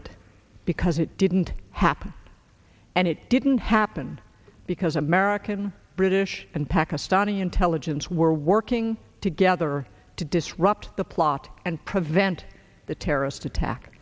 it because it didn't happen and it didn't happen because american british and pakistani intelligence were working together to disrupt the plot and prevent the terrorist attack